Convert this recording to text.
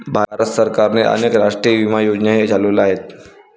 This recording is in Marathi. भारत सरकारने अनेक राष्ट्रीय विमा योजनाही चालवल्या आहेत